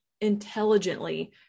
intelligently